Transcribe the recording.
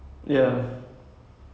the first one was